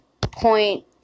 Point